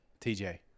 TJ